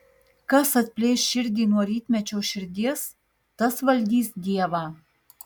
kas atplėš širdį nuo rytmečio širdies tas valdys dievą